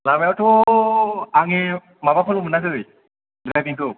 लामायावथ' आंनि माबाखौ मोनाखै द्रायभिंखौ